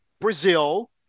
Brazil